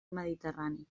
mediterrani